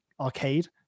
arcade